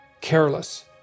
careless